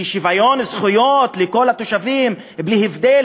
שוויון זכויות לכל התושבים בלי הבדל